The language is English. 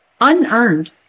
Unearned